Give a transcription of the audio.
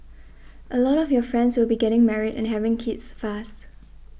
a lot of your friends will be getting married and having kids fast